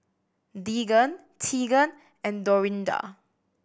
Deegan Teagan and Dorinda